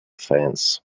fence